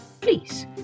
Please